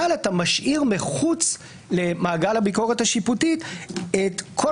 אבל אתה משאיר מחוץ למעגל הביקורת השיפוטית את כל